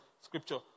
scripture